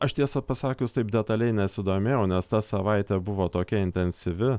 aš tiesą pasakius taip detaliai nesidomėjau nes ta savaitė buvo tokia intensyvi